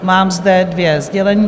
Mám zde dvě sdělení.